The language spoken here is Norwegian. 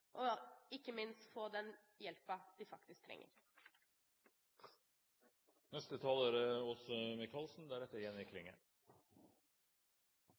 og ikke minst få den hjelpen de faktisk trenger. Jeg synes det er